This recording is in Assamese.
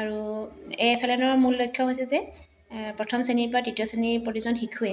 আৰু এফ এল এনৰ মূল লক্ষ্য হৈছে যে প্ৰথম শ্ৰেণীৰ পৰা তৃতীয় শ্ৰেণীৰ প্ৰতিজন শিশুৱে